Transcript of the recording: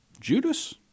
judas